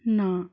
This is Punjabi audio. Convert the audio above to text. ਨਾ